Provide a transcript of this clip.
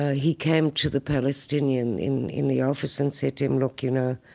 ah he came to the palestinian in in the office and said to him, look, you know,